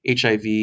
HIV